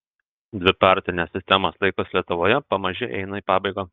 dvipartinės sistemos laikas lietuvoje pamaži eina į pabaigą